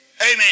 Amen